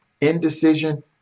Indecision